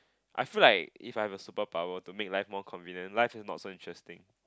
I feel like if I'm a superpower to make life more convenient life is not so interesting